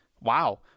Wow